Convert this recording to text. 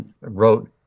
wrote